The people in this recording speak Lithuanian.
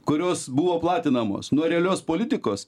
kurios buvo platinamos nuo realios politikos